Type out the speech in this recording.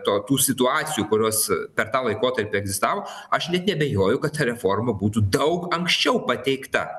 to tų situacijų kurios per tą laikotarpį egzistavo aš net neabejoju kad ta reforma būtų daug anksčiau pateikta